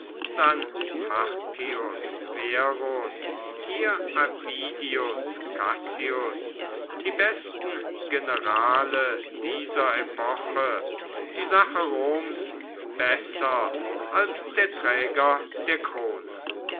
hier avidius cassius die besten generale dieser epoche die sache roms besser als der träger der krone